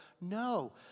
No